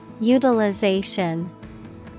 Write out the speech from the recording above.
utilization